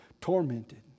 tormented